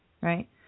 right